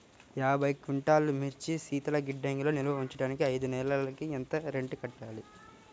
యాభై క్వింటాల్లు మిర్చి శీతల గిడ్డంగిలో నిల్వ ఉంచటానికి ఐదు నెలలకి ఎంత రెంట్ కట్టాలి?